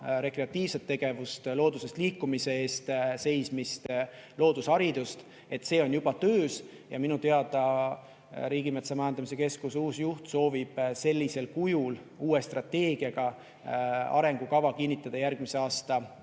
rekreatiivset tegevust, looduses liikumise eest seismist, loodusharidust, see on juba töös. Ja minu teada Riigimetsa Majandamise Keskuse uus juht soovib sellisel kujul uue strateegiaga arengukava kinnitada järgmise aasta